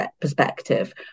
perspective